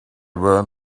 were